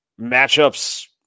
matchups